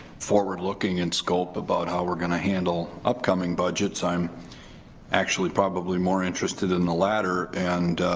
forward-looking in scope about how we're going to handle upcoming budgets. i'm actually probably more interested in the latter, and